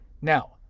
Now